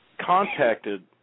contacted –